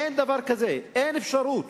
אין אפשרות